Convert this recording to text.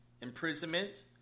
Imprisonment